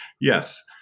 Yes